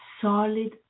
solid